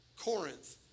Corinth